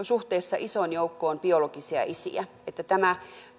suhteessa isoon joukkoon biologisia isiä tämä